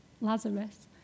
Lazarus